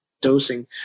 dosing